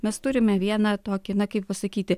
mes turime vieną tokį na kaip pasakyti